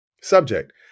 subject